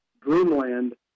Dreamland